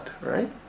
right